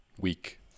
week